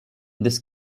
this